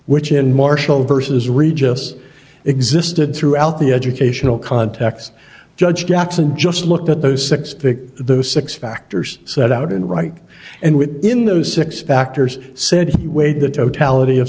which in marshall versus regis existed throughout the educational context judge jackson just looked at those six the six factors set out in right and within those six factors said he weighed the totality of